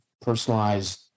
personalized